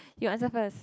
you answer first